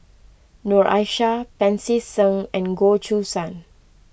Noor Aishah Pancy Seng and Goh Choo San